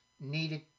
needed